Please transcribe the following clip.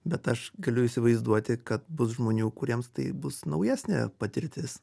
bet aš galiu įsivaizduoti kad bus žmonių kuriems tai bus naujesnė patirtis